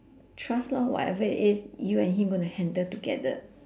trust lor whatever it is you and him gonna handle together